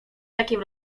jakim